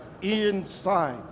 inside